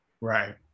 Right